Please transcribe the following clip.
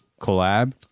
collab